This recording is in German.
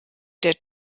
der